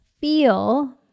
feel